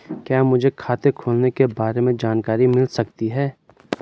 क्या मुझे खाते खोलने के बारे में जानकारी मिल सकती है?